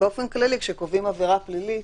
באופן כללי כשקובעים עבירה פלילית,